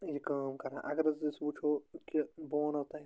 یہِ کٲم کَران اَگر حظ أسۍ وُچھو کہِ بہٕ وَنہو تۄہہِ